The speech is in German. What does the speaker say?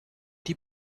die